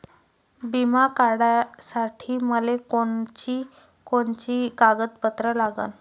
बिमा काढासाठी मले कोनची कोनची कागदपत्र लागन?